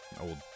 old